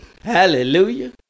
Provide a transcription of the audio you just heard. Hallelujah